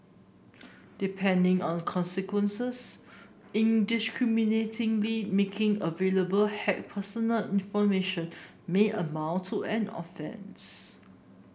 depending on consequences indiscriminately making available hacked personal information may amount to an offence